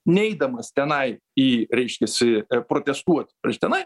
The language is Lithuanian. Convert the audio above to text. neidamas tenai į reiškiasi protestuot prieš tenai